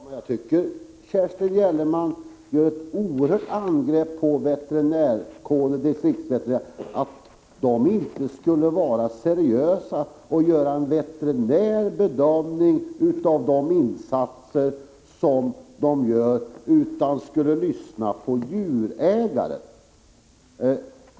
Prot. 1985/86:118 Herr talman! Jag tycker att Kerstin Gellerman gör ett oerhört angrepp på 16 april 1986 distriktsveterinärskåren, att den inte skulle vara seriös och inte skulle göra en Jordbruksdeparte veterinär bedömning av de insatser som den behöver göra, utan i stället ere Rc ÅR mentets budgetskulle lyssna på djurägaren.